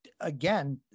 again